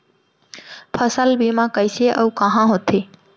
फसल बीमा कइसे अऊ कहाँ होथे?